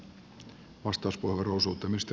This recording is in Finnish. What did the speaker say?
arvoisa puhemies